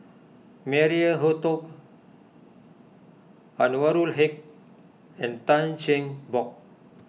Maria Hertogh Anwarul Haque and Tan Cheng Bock